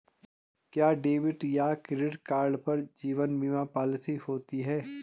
क्या डेबिट या credit card पर जीवन बीमा पॉलिसी होती है?